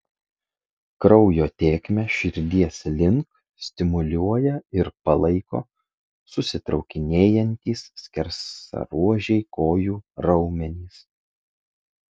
kraujo tėkmę širdies link stimuliuoja ir palaiko susitraukinėjantys skersaruožiai kojų raumenys